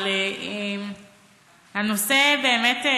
אבל באמת,